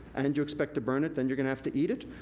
and you expect to burn it then you're gonna have to eat it.